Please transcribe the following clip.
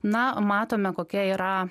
na matome kokia yra